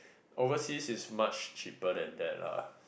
overseas is much cheaper than that lah